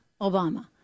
obama